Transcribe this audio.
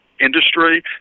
industry